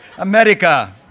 America